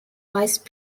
vice